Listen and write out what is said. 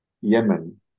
Yemen